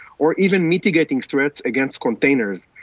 or even mitigating threats against containers,